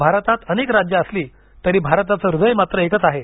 भारतात अनेक राज्य असली तरी भारताचे हृदय मात्र एकच आहे